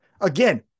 again